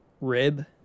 rib